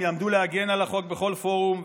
הם יעמדו להגן על החוק בכל פורום,